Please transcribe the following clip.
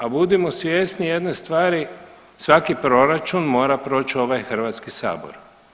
A budimo svjesni jedne stvari svaki proračun mora proći ovaj Hrvatski sabor.